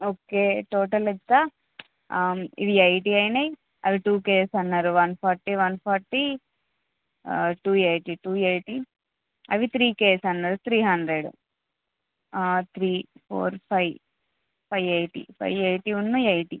okay total ఎంత ఇది eighty అయినాయి అవి టూ కేజీస్ అన్నారు one forty one forty two eighty two eighty అవి త్రీ కేజీస్ అన్నారు three hundred three four five five eighty five eighty one eighty